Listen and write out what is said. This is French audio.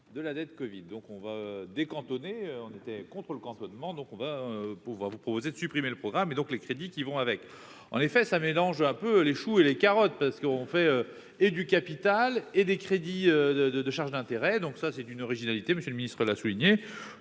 de la dette Covid donc on va dé-cantonné on était contre le cantonnement, donc on va pouvoir vous proposez de supprimer le programme et donc les crédits qui vont avec, en effet, ça mélange un peu les choux et les carottes parce qu'on fait et du capital et des crédits de de de charges d'intérêt, donc ça c'est d'une originalité, Monsieur le Ministre, l'a souligné,